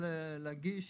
להגיש